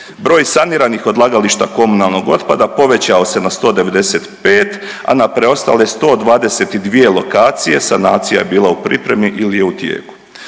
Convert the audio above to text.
Broj saniranih odlagališta komunalnog otpada povećao se na 195, a na preostale 122 lokacije sanacija je bila u pripremi ili je u tijeku.